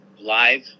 live